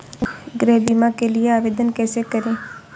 गृह बीमा के लिए आवेदन कैसे करें?